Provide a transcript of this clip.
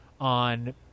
on